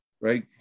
right